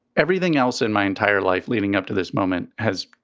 everything else in my entire life leading up to this moment has,